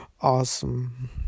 awesome